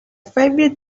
favorite